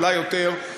אולי יותר,